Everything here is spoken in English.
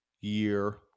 year